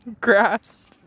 Grass